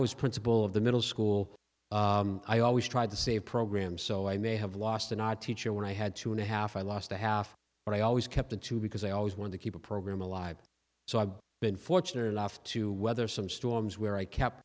was principal of the middle school i always tried to save programs so i may have lost an art teacher when i had two and a half i lost a half but i always kept the two because i always want to keep a program alive so i've been fortunate enough to weather some storms where i kept